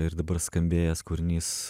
ir dabar skambėjęs kūrinys